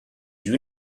you